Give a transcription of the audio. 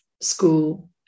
school